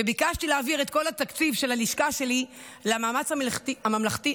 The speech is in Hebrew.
וביקשתי להעביר את כל התקציב של הלשכה שלי למאמץ המלחמתי,